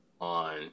on